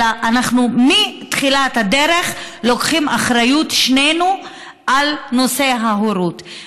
אלא מתחילת הדרך שנינו לוקחים אחריות על נושא ההורות.